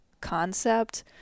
concept